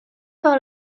par